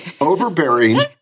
overbearing